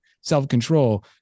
self-control